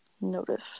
notice